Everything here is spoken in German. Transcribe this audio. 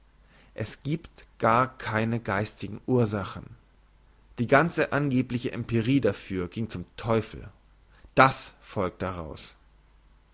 es giebt gar keine geistigen ursachen die ganze angebliche empirie dafür gieng zum teufel das folgt daraus